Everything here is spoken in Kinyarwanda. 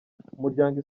umuryango